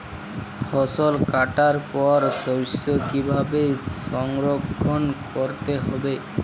ফসল কাটার পর শস্য কীভাবে সংরক্ষণ করতে হবে?